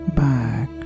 back